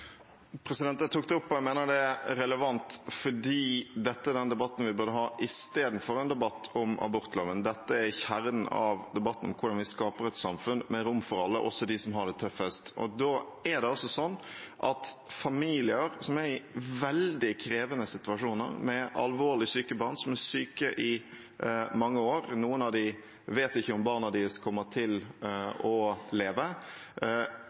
Jeg tok det opp fordi jeg mener det er relevant. Dette er den debatten vi burde ha – i stedet for en debatt om abortloven. Dette er i kjernen av debatten om hvordan vi skaper et samfunn med rom for alle, også for dem som har det tøffest. Det er slik at familier som er i veldig krevende situasjoner, med alvorlig syke barn som er syke i mange år – noen foreldre vet ikke om barna deres kommer til å leve